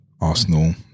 Arsenal